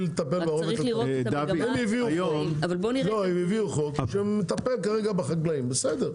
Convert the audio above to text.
הם הביאו חוק שמטפל כרגע בחקלאים, בסדר.